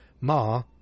Ma